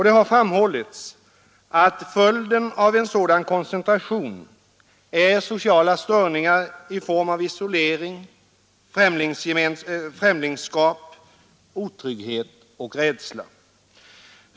Det har framhållits att följden av en sådan koncentration är sociala störningar i form av isolering, främlingskap, otrygghet och rädsla.